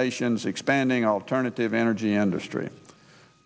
nation's expanding alternative energy industry